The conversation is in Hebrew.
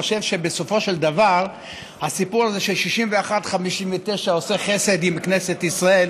אני חושב שבסופו של דבר הסיפור הזה של 6159: עושה חסד עם כנסת ישראל